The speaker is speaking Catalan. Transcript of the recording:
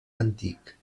antic